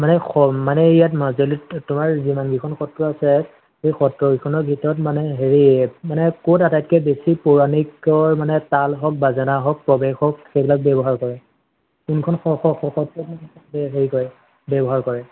মানে মানে ইয়াত মাজুলীত যিমানকেইখন সত্ৰ আছে সেই সত্ৰকেইখনৰ ভিতৰত মানে হেৰি মানে ক'ত আটাইতকৈ বেছি পৌৰাণিকৰ তাল হওক বাজানা হওক প্ৰৱেশ হওক সেইবিলাক ব্যৱহাৰ কৰে কোনখন সত্ৰত হেৰি কৰে ব্যৱহাৰ কৰে